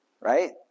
Right